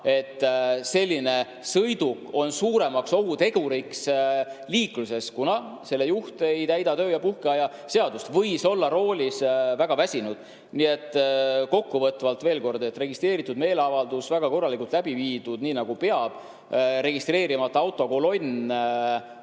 et selline sõiduk on liikluses suurem ohutegur, kuna selle juht ei täida töö- ja puhkeaja seadust ning võib roolis väga väsinud olla. Nii et kokkuvõtvalt veel kord: oli registreeritud meeleavaldus, väga korralikult läbi viidud, nii nagu peab. Registreerimata autokolonn